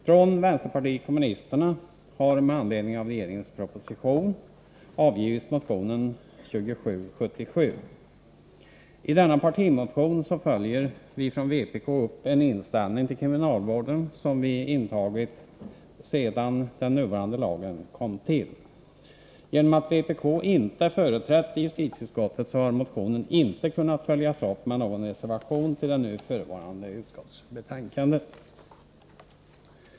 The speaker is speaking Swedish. Från vänsterpartiet kommunisterna har med anledning av regeringens proposition avgivits motion nr 2777. I denna partimotion följer vi från vpk upp en inställning till kriminalvården som vi intagit sedan den nuvarande lagen kom till. Genom att vpk inte är företrätt i justitieutskottet har motionen inte kunnat följas upp med någon reservation till det nu förevarande utskottsbetänkandet.